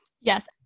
Yes